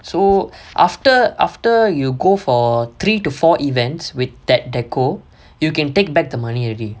so after after you go for three to four events with that decor you can take back the money already